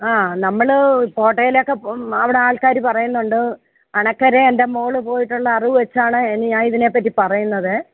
ആഹ് നമ്മൾ കോട്ടയിലൊക്കെ അവിടെ ആൾക്കാർ പറയുന്നുണ്ട് അണക്കര എന്റെ മോൾ പോയിട്ടുള്ള അറിവ് വെച്ചാണ് ഞാൻ ഇതിനെപ്പറ്റി പറയുന്നത്